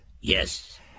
Yes